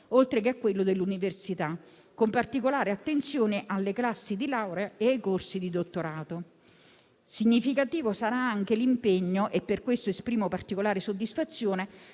oltre che quello dell'università, con particolare attenzione alle classi di laurea e ai corsi di dottorato. Significativo sarà anche l'impegno - e per questo esprimo particolare soddisfazione